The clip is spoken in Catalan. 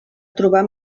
trobar